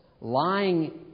lying